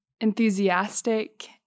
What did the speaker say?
Enthusiastic